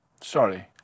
Sorry